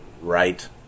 right